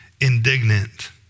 indignant